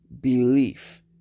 belief